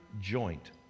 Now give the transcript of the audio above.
joint